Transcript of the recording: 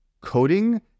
coding